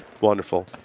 wonderful